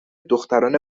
دختران